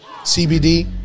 CBD